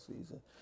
season